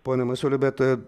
pone masiuli bet